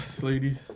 lady